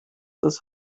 das